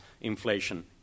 inflation